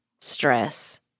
stress